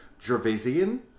Gervaisian